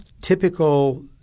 typical